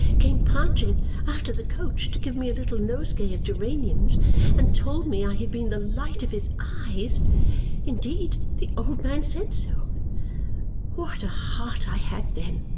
came panting after the coach to give me a little nosegay of geraniums and told me i had been the light of his eyes indeed the old man said so what a heart i had then!